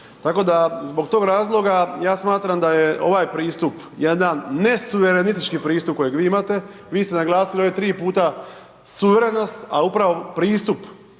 tako da zbog tog razloga ja smatram da je ovaj pristup jedan nesuverenistički pristup kojeg vi imate, vi ste naglasili ovdje tri puta suverenost, a upravo pristup